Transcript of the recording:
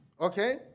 Okay